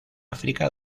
áfrica